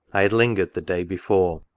i had lingered the day before.